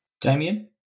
Damien